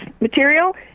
material